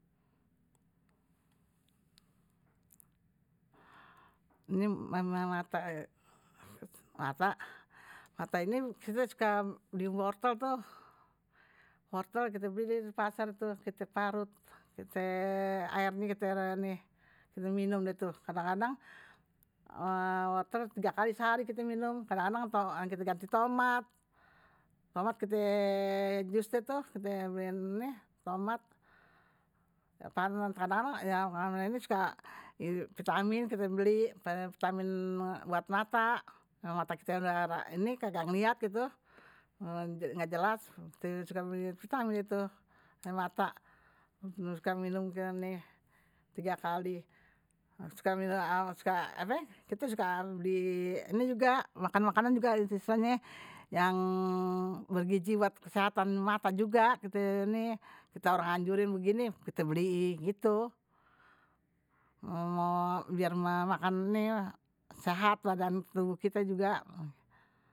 Ini memang mata, mata ini kite suka beli wortel tuh, wortel kite beli di pasar tuh, kite parut, kite airnya, kite minum, kadang-kadang wortel tiga kali sehari kite minum, kadang-kadang kite ganti tomat, tomat kite jus itu, kite beli tomat, parut, kadang-kadang ini juga vitamin kite beli, vitamin buat mata, mata kite ini, kadang-kadang lihat gitu, enggak jelas, kite suka beli vitamin itu, ada mata, suka minum ini tiga kali, kite suka beli ini juga, makan-makanan juga istilahnya, yang bergiji buat kesehatan mata juga, kite orang anjurin begini, kite beli gitu, mau biar makan ini sehat, badan tubuh kite juga.